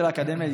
של האקדמיה,